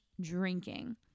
drinking